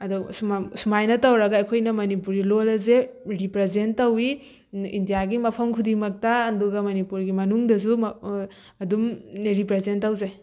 ꯑꯗꯣ ꯁꯨꯃꯥꯏꯅ ꯇꯧꯔꯒ ꯑꯩꯈꯣꯏꯅ ꯃꯅꯤꯄꯨꯔꯤ ꯂꯣꯟ ꯑꯁꯦ ꯔꯦꯄ꯭ꯔꯖꯦꯟ ꯇꯧꯋꯤ ꯏꯟꯗꯤꯌꯥꯒꯤ ꯃꯐꯝ ꯈꯨꯗꯤꯡꯃꯛꯇ ꯑꯗꯨꯒ ꯃꯅꯤꯄꯨꯔꯒꯤ ꯃꯅꯨꯡꯗꯁꯨ ꯑꯗꯨꯝ ꯔꯤꯄ꯭ꯔꯖꯦꯟ ꯇꯧꯖꯩ